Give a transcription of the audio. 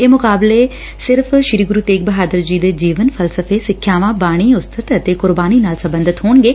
ਇਹ ਮੁਕਾਬਲੇ ਸਿਰਫ ਸ੍ਰੀ ਗੁਰੂ ਤੇਗ ਬਹਾਦਰ ਜੀ ਦੇ ਜੀਵਨ ਫਲਸਫੇ ਸਿੱਖਿਆਵਾਂ ਬਾਣੀ ਉਸਤਤਿ ਅਤੇ ਕੁਰਬਾਨੀ ਨਾਲ ਸਬੰਧਤ ਹੋਣਗੇ